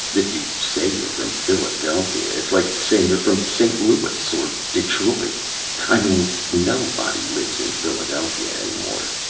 if you say you're from philadelphia, it's like saying you're from st. louis or detroit i mean nobody lives in philadelphia any more.